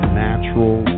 natural